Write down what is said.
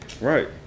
Right